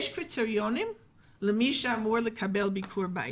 ישנם קריטריונים לגבי מי שאמור לקבל ביקור בית.